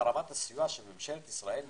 ברמת הסיוע שממשלת ישראל נותנת,